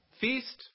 feast